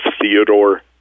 Theodore